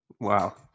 Wow